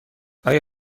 آیا